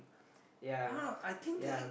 yeah yeah